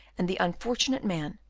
and the unfortunate man,